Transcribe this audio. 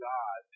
God